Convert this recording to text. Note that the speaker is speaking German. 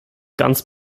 ganz